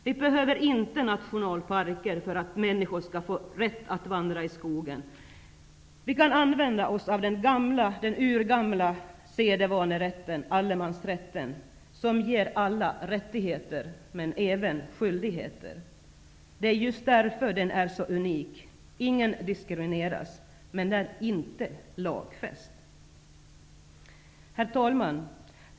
Vi behöver inte inrätta nationalparker för att människor skall få rätt att vandra i skogen. Vi kan använda oss av den urgamla sedvanerätten, allemansrätten, som ger alla rättigheter, men även skyldigheter. Det är just därför den är så unik -- ingen diskrimineras. Men den är inte lagfäst. Herr talman!